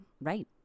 Right